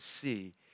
see